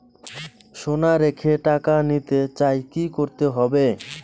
সোনা রেখে টাকা নিতে চাই কি করতে হবে?